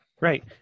Right